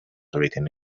written